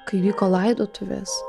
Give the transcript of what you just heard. kai vyko laidotuvės